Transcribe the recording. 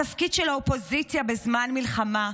התפקיד של האופוזיציה בזמן מלחמה,